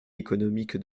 économique